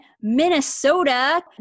Minnesota